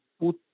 put